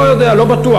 לא יודע, לא בטוח.